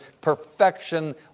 perfection